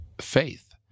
faith